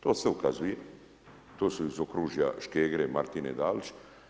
To sve ukazuje, to su iz okružja Škegre, Martine Dalić.